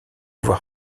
voir